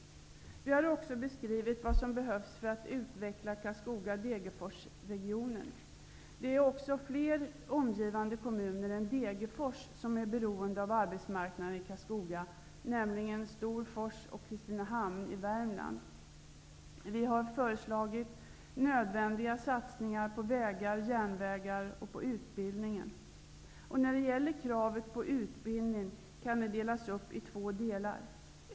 Vi har också beskrivit vad som behövs för att utveckla Karlskoga--Degerfors-regionen. Det är också fler omgivande kommuner än Degerfors som är beroende av arbetsmarknaden i Karlskoga, nämligen Storfors och Kristinehamn i Värmland. Vi har föreslagit nödvändiga satsningar på vägar, järnvägar och på utbildningen. Kravet på utbildningen kan delas upp i två delar.